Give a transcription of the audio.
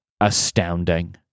astounding